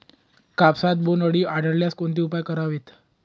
कापसात बोंडअळी आढळल्यास कोणते उपाय करावेत?